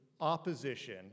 opposition